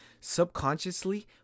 subconsciously